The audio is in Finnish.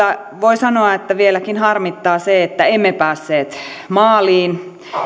voi sanoa että vieläkin harmittaa se että emme päässeet maaliin